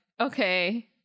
okay